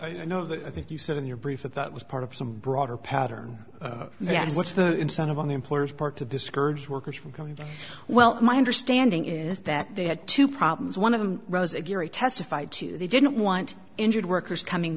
you know that i think you said in your brief that that was part of some broader pattern here what's the incentive on the employers part to discourage workers from going well my understanding is that they had two problems one of them rosa geary testified to they didn't want injured workers coming